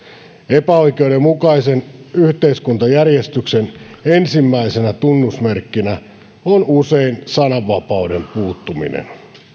epäoikeudenmukaisen yhteiskuntajärjestyksen ensimmäisenä tunnusmerkkinä on usein sananvapauden puuttuminen